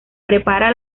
prepara